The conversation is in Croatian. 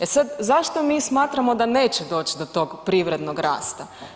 E sad zašto mi smatramo da neće doć do tog privrednog rasta?